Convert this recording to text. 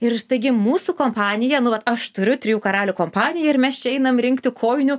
ir taigi mūsų kompanija nu vat aš turiu trijų karalių kompaniją ir mes čia einam rinkti kojinių